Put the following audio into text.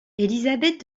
élisabeth